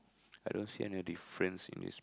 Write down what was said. I don't see any difference in this